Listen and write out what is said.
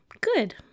Good